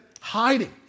hiding